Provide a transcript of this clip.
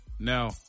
now